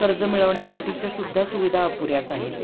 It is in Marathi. कर्ज मिळवण्यासाठीच्या सुद्धा सुविधा अपुऱ्याच आहेत